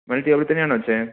madam ടേബിളില്ത്തന്നെയാണോ വച്ചത്